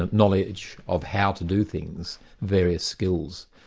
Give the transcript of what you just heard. ah knowledge of how to do things, various skills,